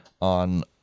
on